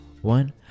one